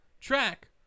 track